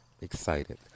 excited